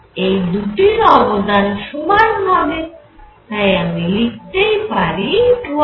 এই দুটির অবদান সমান হবে তাই আমি লিখতেই পারি 20Lpdx